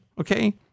okay